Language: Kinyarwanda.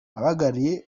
abahagarariye